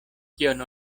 kion